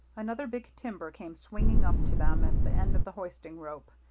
another big timber came swinging up to them at the end of the hoisting rope.